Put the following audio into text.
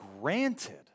granted